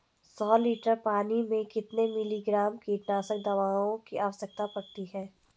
सौ लीटर पानी में कितने मिलीग्राम कीटनाशक दवाओं की आवश्यकता पड़ती है?